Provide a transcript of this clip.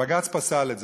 בג"ץ פסל את זה,